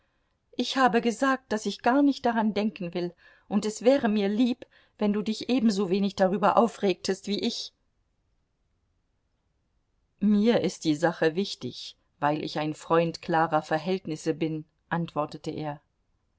ich habe gesagt daß ich gar nicht daran denken will und es wäre mir lieb wenn du dich ebensowenig darüber aufregtest wie ich mir ist die sache wichtig weil ich ein freund klarer verhältnisse bin antwortete er